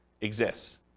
exists